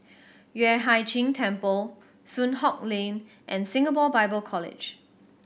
Yueh Hai Ching Temple Soon Hock Lane and Singapore Bible College